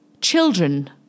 children